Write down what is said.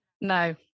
No